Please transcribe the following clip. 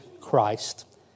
Christ